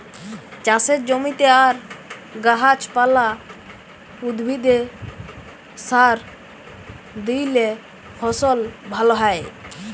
চাষের জমিতে আর গাহাচ পালা, উদ্ভিদে সার দিইলে ফসল ভাল হ্যয়